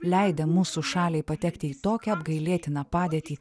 leidę mūsų šaliai patekti į tokią apgailėtiną padėtį